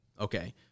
Okay